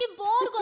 and bomb,